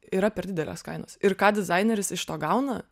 yra per didelės kainos ir ką dizaineris iš to gauna